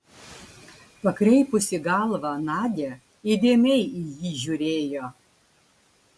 pakreipusi galvą nadia įdėmiai į jį žiūrėjo